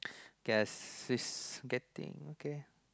yes getting there okay